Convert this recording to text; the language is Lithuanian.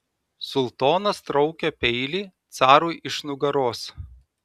sultonas traukia peilį carui iš nugaros